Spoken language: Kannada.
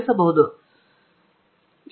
ಇದು ಅನ್ವರೀಟ್ ಸರಣಿ